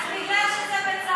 רק כי זה בצלאל.